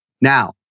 Now